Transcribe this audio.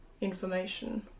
information